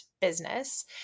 business